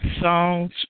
songs